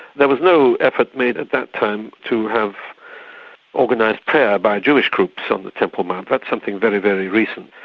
there was no effort made at that time to have organised prayer by jewish groups on the temple mount, that's something very, very recent.